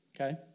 okay